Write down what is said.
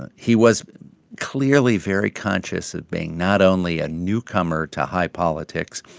and he was clearly very conscious of being not only a newcomer to high politics,